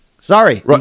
sorry